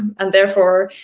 and, therefore,